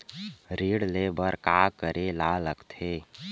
ऋण ले बर का करे ला लगथे?